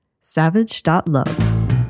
savage.love